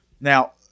Now